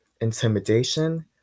intimidation